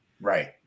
Right